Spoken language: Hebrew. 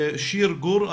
שיר גור.